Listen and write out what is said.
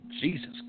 Jesus